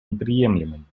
неприемлемым